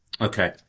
Okay